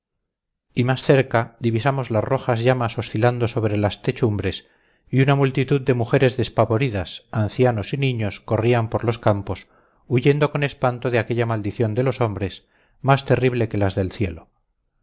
y más cerca divisamos las rojas llamas oscilando sobre las techumbres y una multitud de mujeres despavoridas ancianos y niños corrían por los campos huyendo con espanto de aquella maldición de los hombres más terrible que las del cielo